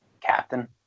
Captain